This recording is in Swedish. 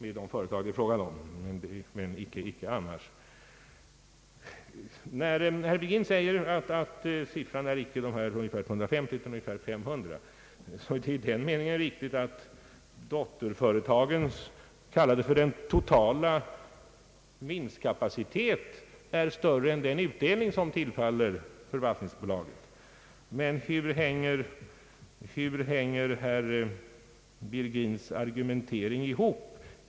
När herr Virgin säger att det inte rör sig om 250 utan om 500 miljoner kronor är detta riktigt så till vida att dotterföretagens totala vinstkapacitet, om vi kallar den så, är större än den utdelning som tillfaller förvaltningsbolaget. Men hur hänger herr Virgins argumentering ihop?